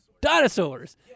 Dinosaurs